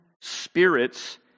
spirits